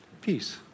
Peace